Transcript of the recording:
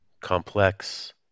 complex